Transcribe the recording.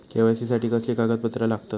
KYC साठी कसली कागदपत्र लागतत?